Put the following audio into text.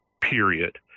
period